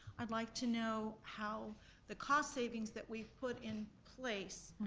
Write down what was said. i'd like to know how the cost savings that we've put in place,